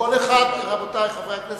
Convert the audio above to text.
זה